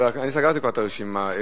אני סגרתי כבר את הרשימה.